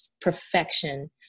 perfection